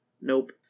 Nope